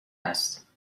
هست